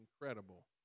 incredible